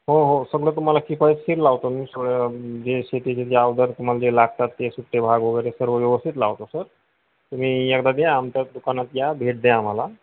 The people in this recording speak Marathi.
हो हो सगळं तुम्हाला किफायतशीर लावतो मी सगळं जे शेतीचे जे अवजारं तुम्हाला जे लागतात ते सुट्टे भाग वगैरे सर्व व्यवस्थित लावतो सर तुम्ही एकदा द्या आमच्या दुकानात या भेट द्या आम्हाला